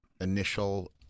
initial